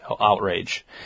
outrage